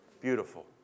Beautiful